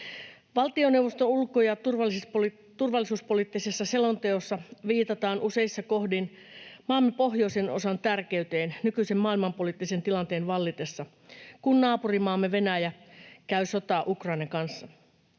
Valtioneuvoston ulko- ja turvallisuuspoliittisessa selonteossa viitataan useissa kohdin maamme pohjoisen osan tärkeyteen nykyisen maailmanpoliittisen tilanteen vallitessa, kun naapurimaamme Venäjä käy sotaa Ukrainan kanssa.